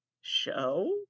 Show